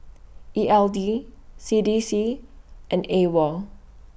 E L D C D C and AWOL